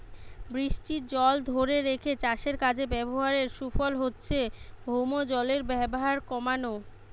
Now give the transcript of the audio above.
বৃষ্টির জল ধোরে রেখে চাষের কাজে ব্যাভারের সুফল হচ্ছে ভৌমজলের ব্যাভার কোমানা